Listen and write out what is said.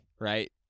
right